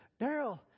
Daryl